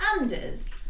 Anders